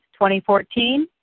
2014